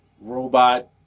robot